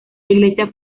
iglesia